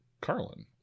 carlin